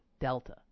Delta